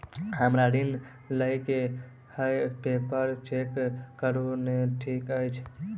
हमरा ऋण लई केँ हय पेपर चेक करू नै ठीक छई?